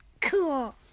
Cool